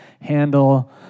handle